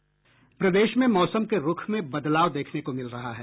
प्रदेश में मौसम के रूख में बदलाव देखने को मिल रहा है